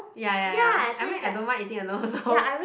ya ya ya I mean I don't mind eating alone also